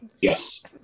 Yes